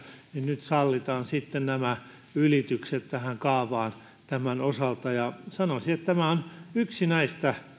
niin nyt sallitaan sitten nämä ylitykset tähän kaavaan tämän osalta sanoisin että tämä on yksi näistä